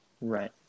Right